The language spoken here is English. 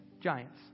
giants